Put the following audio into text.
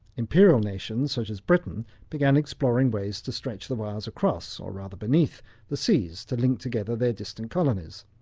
imperial nations such as britain began exploring ways to stretch the wires across or rather beneath the seas to link together their distant colonies.